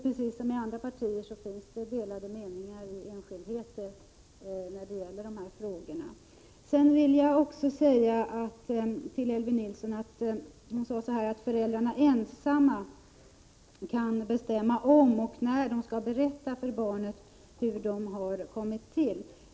Precis som i andra partier finns det delade meningar i enskildheter när det gäller de här frågorna. Elvy Nilsson sade att föräldrarna ensamma kan bestämma om och när de skall berätta för barnet hur det har kommit till.